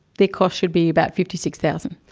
their costs should be about fifty six thousand